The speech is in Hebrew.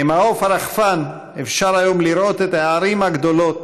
ממעוף הרחפן אפשר היום לראות את הערים הגדולות